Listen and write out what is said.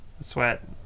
sweat